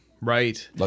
right